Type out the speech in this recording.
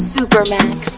Supermax